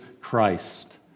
Christ